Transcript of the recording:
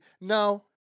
No